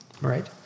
right